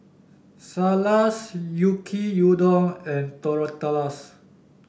Salsa's Yaki Udon and Tortillas